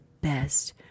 best